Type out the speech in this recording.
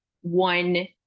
one